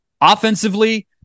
Offensively